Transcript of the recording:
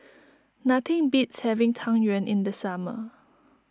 nothing beats having Tang Yuen in the summer